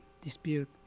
dispute